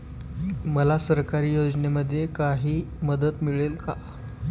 मला सरकारी योजनेमध्ये काही मदत मिळेल का?